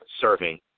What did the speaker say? serving